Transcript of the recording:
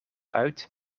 uit